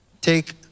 take